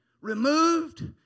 removed